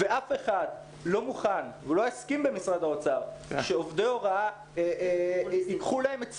אף אחד לא מוכן ולא יסכים במשרד האוצר שייקחו להם את שכרם.